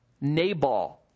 Nabal